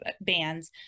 bands